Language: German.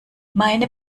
meine